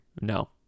No